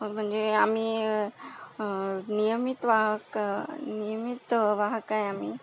मग म्हणजे आम्ही नियमित वाहक नियमित वाहक आहे आम्ही